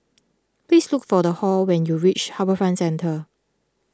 please look for Hall when you reach HarbourFront Centre